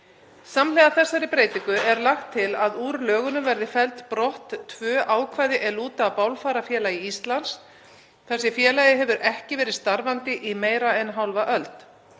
Samhliða þessari breytingu er lagt til að úr lögunum verði felld brott tvö ákvæði er lúta að Bálfarafélagi Íslands þar sem félagið hefur ekki verið starfandi í meira en hálfa öld.